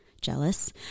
Jealous